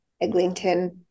Eglinton